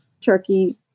turkey